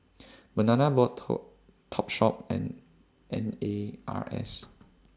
Banana Boat toe Topshop and N A R S